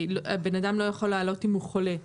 שבן אדם לא יכול לעלות אם הוא חולה,